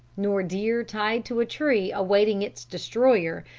nor deer tied to a tree awaiting its destroyer,